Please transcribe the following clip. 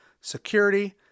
security